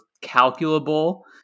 calculable